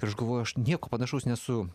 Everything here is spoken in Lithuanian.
aš galvoju aš nieko panašaus nesu